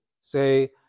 say